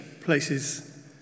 places